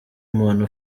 umuntu